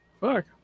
Fuck